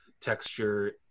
texture